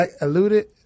eluded